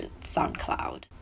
SoundCloud